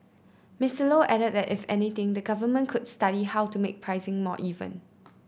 Mister Low added that if anything the Government could study how to make pricing more even